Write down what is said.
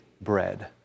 bread